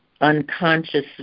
unconscious